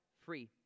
free